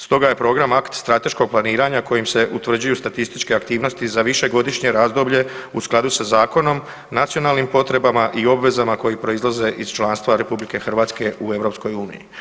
Stoga je Program akt strateškog planiranja kojim se utvrđuju statističke aktivnosti za višegodišnje razdoblje u skladu sa zakonom, nacionalnim potrebama i obvezama koje proizlaze iz članstva RH u EU.